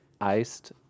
iced